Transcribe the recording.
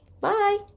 bye